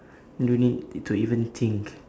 don't need to even think